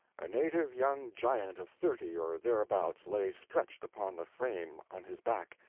a native young giant of thirty or thereabouts lay stretched upon the frame on his back,